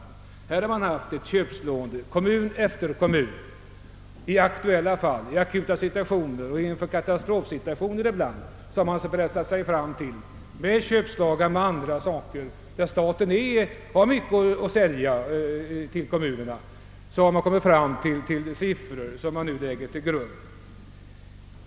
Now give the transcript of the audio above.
I detta fall har det varit ett köpslående; i kommun efter kommun har staten i akuta situationer och kanske till och med inför katastrofsituationer med köpslående på andra områden, där staten har mycket att sälja till kommunerna, pressat fram siffror som nu läggs till grund för kostnadsfördelningen.